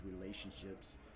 relationships